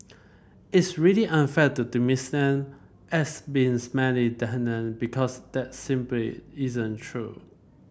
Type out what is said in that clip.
it's really unfair to dismiss them as being smelly tenant because that simply isn't true